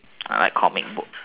I like comic books